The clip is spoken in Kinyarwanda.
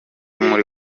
muri